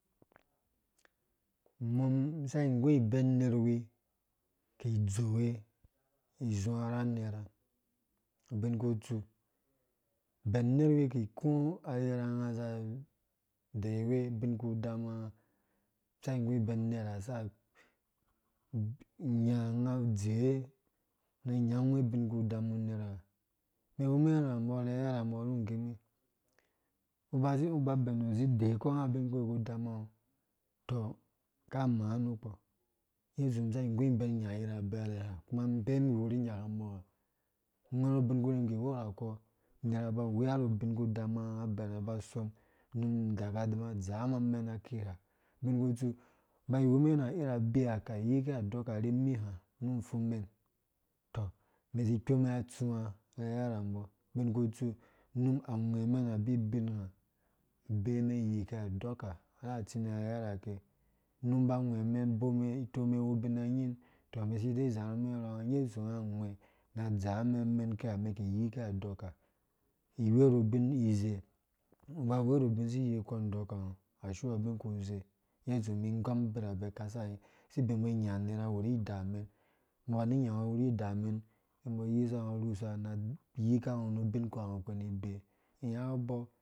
Umum isa igurbɛn unerwi ki idzowe izuwa ra anera ubinkutsu ubɛn unerwi ki iku arherhanga za adeyiwe ubin ku dama unga sa iyuibɛn uner sa nya unga adzee na anyanguwe ubin ku udamu unerha umɛn iwumɛn na umbɔ rherherhambɔ ingimi, ungo uba ubenu uzi ude yikɔ unpa ubinkpurkpi uku udama ungo, tɔ ka maa mukpɔ ngge itsuumum sa iguibɛn inya abɛrɛ ha ungwɛrhu ubin kpi ki iwura kɔ unera aba awea ru ubin ku udama unga unga bena aba asɔm unum adaka adza a umum amɛnakiha ubinkutsu, iba iwumɛn na iri abiha ka iyike adɔkarimi ha nu upfungmɛn, tɔ umɛn si ikpomɛn atsuwa rhɛrhɛra mbɔ. unum angwɛ umjɛnabi abina abee umɛpn iyike adɔka ra tsi di rhɛrhɛrha ke unum ba angwe umɛn ubemɛn iwu ubina nying tɔ umɛn si dee izarhumɛn urhɔnga ngge itsu unga angwɛ na adzamɛn amɛn ki ha umɛn ki iyike adɔka iwerubin ize, ungo uba uweru biu siyikɔ ndɔkango asi wea ubinkuze, ngge ha itsu umum ingɔm abirabɛ ka sasi ibemumbɔ inyá unera awuri idamɛn aba ni inyà ungo uwuri idamɛn aba ni inyà ungo uwuri idamɛn umbɔ ayisa na arusa na ayika ungo nu ubinku ha ungo ku ni ibee unya abɔɔ